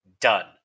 done